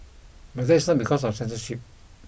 but that is not because of censorship